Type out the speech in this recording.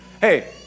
hey